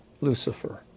Lucifer